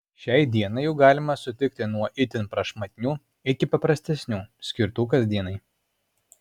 šiai dienai jų galima sutikti nuo itin prašmatnių iki paprastesnių skirtų kasdienai